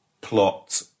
plot